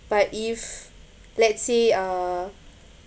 but if let's say uh